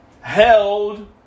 held